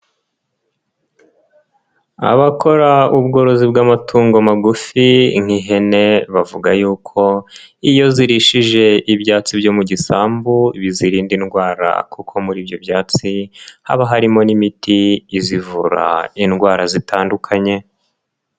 Abakora ubworozi bw'amatungo magufi nk'ihene, bavuga yuko iyo zirishije ibyatsi byo mu gisambu bizirinda indwara kuko muri ibyo byatsi haba harimo n'imiti izivura indwara zitandukanye.